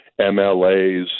MLAs